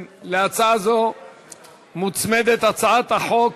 להצעה זו מוצמדת הצעת חוק